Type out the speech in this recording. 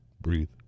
breathe